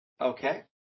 okay